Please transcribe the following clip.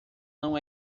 não